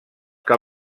que